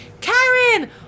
Karen